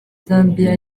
zambiya